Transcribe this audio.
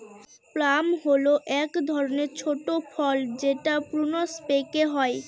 plum হল এক ধরনের ছোট ফল যেটা প্রুনস পেকে হয়